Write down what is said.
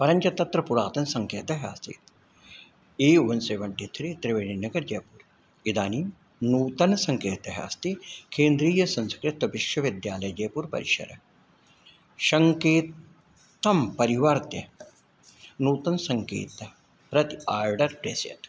परं च तत्र पुरातनः सङ्केतः आसीत् ए वन् सेवेन्टि त्री त्रिवेणिनगरं जैपुर् इदानीं नूतनः सङ्केतः अस्ति केन्द्रीयसंस्कृतविश्वविद्यालयः जैपुर् परिसरः सङ्केतं परिवर्त्य नूतनं सङ्केतं प्रति आर्डर् प्रेषयतु